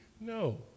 No